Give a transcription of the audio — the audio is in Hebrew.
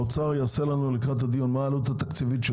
שהאוצר יגיד לנו מהי העלות התקציבית של